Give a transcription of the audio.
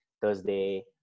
Thursday